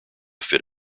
fit